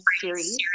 Series